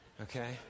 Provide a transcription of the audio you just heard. Okay